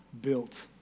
built